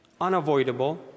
unavoidable